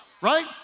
right